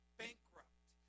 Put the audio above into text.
bankrupt